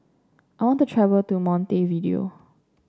I want to travel to Montevideo